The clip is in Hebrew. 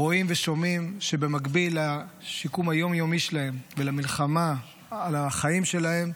רואים ושומעים שבמקביל לשיקום היום-יומי שלהם ולמלחמה על החיים שלהם,